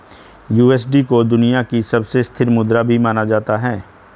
USD को दुनिया की सबसे स्थिर मुद्रा भी माना जाता है